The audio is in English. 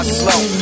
slow